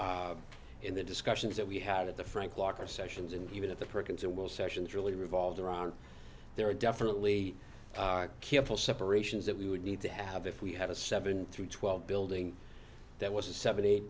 in the discussions that we had at the frank locker sessions and even at the perkins and will sessions really revolved around there are definitely careful separations that we would need to have if we had a seven through twelve building that was a seventy eight